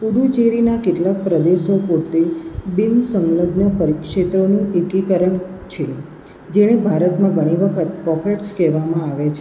પુડુચેરીના કેટલાક પ્રદેશો પોતે બિન સંલગ્ન પરિક્ષેત્રોનું એકીકરણ છે જેને ભારતમાં ઘણી વખત પોકેટ્સ કહેવામાં આવે છે